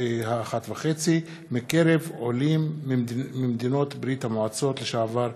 ה-1.5 מקרב העולים ממדינות ברית המועצות לשעבר,